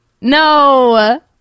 No